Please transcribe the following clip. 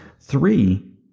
Three